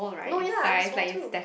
no ya I'm small too